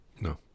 No